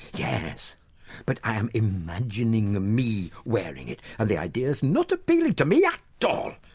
yes but i'm imagining me wearing it, and the idea's not appealing to me yeah at all.